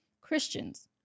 Christians